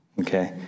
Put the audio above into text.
Okay